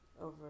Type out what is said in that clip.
over